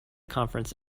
conference